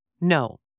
No